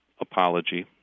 apology